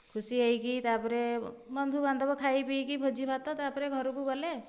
ଖୁସି ହୋଇକି ତା'ପରେ ବନ୍ଧୁବାନ୍ଧବ ଖାଇପିଇକି ଭୋଜି ଭାତ ତା'ପରେ ଘରକୁ ଗଲେ